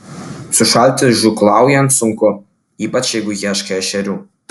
sušalti žūklaujant sunku ypač jeigu ieškai ešerių